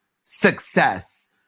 success